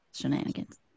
shenanigans